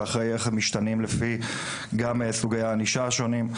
וגם אחרי איך הם משתנים בעקבות סוגי הענישה השונים.